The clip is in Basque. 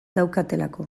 daukatelako